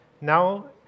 Now